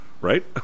right